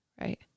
right